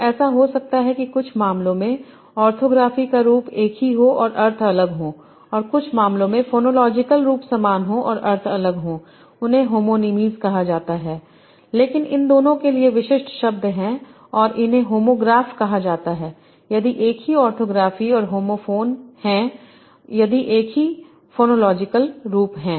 तो ऐसा हो सकता है कि कुछ मामलों में ऑर्थोग्राफी का रूप एक ही हो और अर्थ अलग हो और कुछ मामलों में फोनोलॉजिकल रूप समान हो और अर्थ अलग हो उन्हें होमोनीमीज़ कहा जाता है लेकिन इन दोनों के लिए विशिष्ट शब्द हैं और इन्हें होमोग्राफ कहा जाता है यदि एक ही ऑर्थोग्राफी और होमोफ़ोन हैं यदि एक ही फोनोलॉजिकल रूप हैं